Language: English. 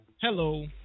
hello